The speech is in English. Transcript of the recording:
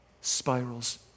spirals